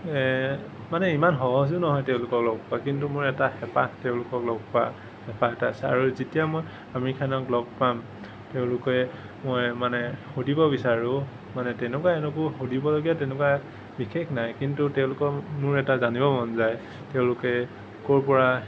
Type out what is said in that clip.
মানে ইমান সহজো নহয় তেওঁলোকক লগ পোৱা কিন্তু মোৰ এটা হেঁপাহ তেওঁলোকক লগ পোৱা হেঁপাহ এটা আছে আৰু যেতিয়া মই আমিৰ খানক লগ পাম তেওঁলোকে মই মানে সুধিব বিচাৰোঁ মানে তেনেকুৱা একো সুধিবলগীয়া তেনেকুৱা বিশেষ নাই কিন্তু তেওঁলোকৰ মোৰ এটা জানিব মন যায় তেওঁলোকে ক'ৰ পৰা